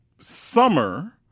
summer